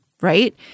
right